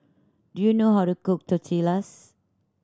do you know how to cook Tortillas